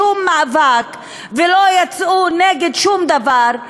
בשום מאבק ולא יצאו נגד שום דבר.